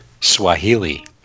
Swahili